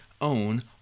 own